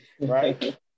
right